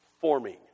forming